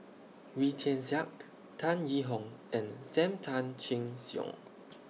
Wee Tian Siak Tan Yee Hong and SAM Tan Chin Siong